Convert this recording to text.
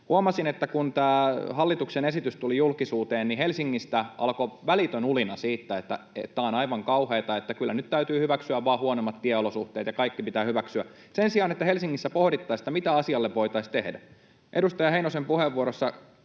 Huomasin, että kun tämä hallituksen esitys tuli julkisuuteen, niin Helsingissä alkoi välitön ulina siitä, että tämä on aivan kauheata, että kyllä nyt täytyy vaan hyväksyä huonommat tieolosuhteet ja kaikki pitää hyväksyä, sen sijaan, että Helsingissä pohdittaisiin, mitä asialle voitaisiin tehdä. Edustaja Heinosen puheenvuorossa